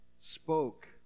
spoke